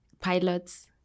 Pilots